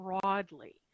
broadly